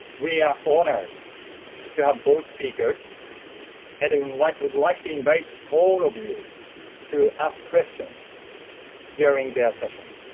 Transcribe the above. we are honored to have both speakers and i mean like we'd like to invite all of you to ask questions during their sessions.